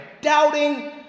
Doubting